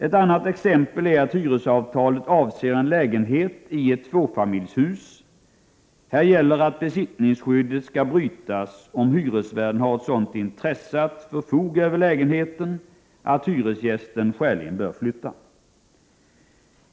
Ett annat exempel är att hyresavtalet avser en lägenhet i ett tvåfamiljshus. Här gäller att besittningsskyddet skall brytas, om hyresvärden har ett sådant intresse att förfoga över lägenheten att hyresgästen skäligen bör flytta.